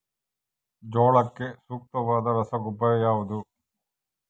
ಜೋಳಕ್ಕೆ ಸೂಕ್ತವಾದ ರಸಗೊಬ್ಬರ ಯಾವುದು?